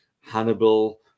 Hannibal